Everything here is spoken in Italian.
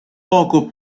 poco